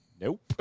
Nope